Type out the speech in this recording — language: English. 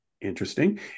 Interesting